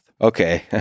Okay